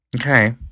Okay